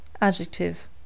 adjective